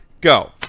go